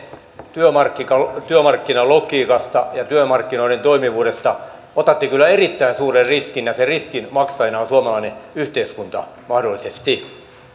työmarkkinalogiikassa ja työmarkkinoiden toimivuudessa otatte kyllä erittäin suuren riskin ja sen riskin maksajana on suomalainen yhteiskunta mahdollisesti